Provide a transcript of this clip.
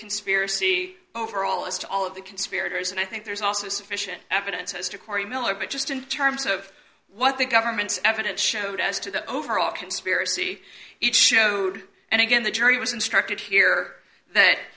conspiracy overall as to all of the conspirators and i think there's also sufficient evidence as to corey miller but just in terms of what the government's evidence showed as to the overall conspiracy it showed and again the jury was instructed here that